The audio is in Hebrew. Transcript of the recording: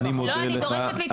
לא, אני דורשת להתייחס.